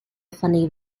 funny